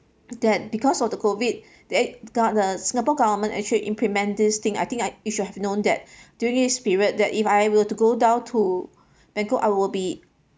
that because of the COVID that got the singapore government actually implement this thing I think I you should have known that during this period that if I were to go down to bangkok I will be